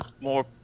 more